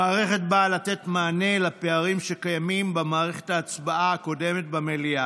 המערכת באה לתת מענה לפערים שהיו קיימים במערכת ההצבעה הקודמת במליאה.